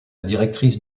directrice